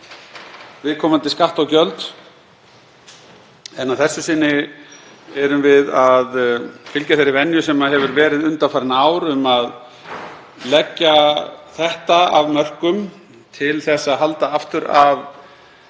viðkomandi skatta og gjöld en að þessu sinni erum við að fylgja þeirri venju sem hefur verið undanfarin ár að leggja þetta af mörkum til að halda aftur af